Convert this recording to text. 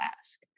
ask